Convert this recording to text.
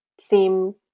seem